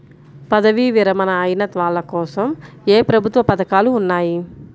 పదవీ విరమణ అయిన వాళ్లకోసం ఏ ప్రభుత్వ పథకాలు ఉన్నాయి?